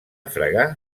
fregar